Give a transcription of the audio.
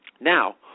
Now